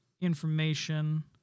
information